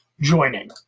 joining